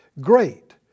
great